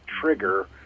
trigger